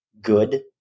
good